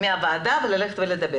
דבר